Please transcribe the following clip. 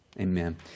amen